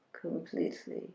completely